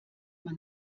man